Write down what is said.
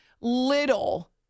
little